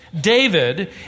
David